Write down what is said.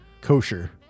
kosher